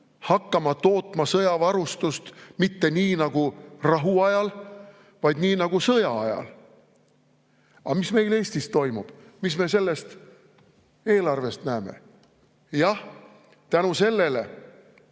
hakkama tootma sõjavarustust mitte nii nagu rahuajal, vaid nii nagu sõjaajal. Aga mis meil Eestis toimub? Mida me sellest eelarvest näeme? Jah, tänu sellele,